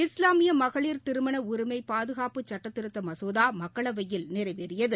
இஸ்லாமிய மகளிர் திருமண உரிமை பாதுகாப்பு சட்டத்திருத்த மசோதா மக்களவையில் நிறைவேறியது